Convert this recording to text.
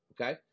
Okay